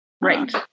Right